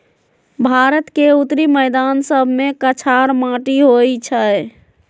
भारत के उत्तरी मैदान सभमें कछार माटि होइ छइ